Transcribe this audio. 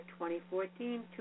2014